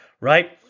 right